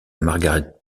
margaret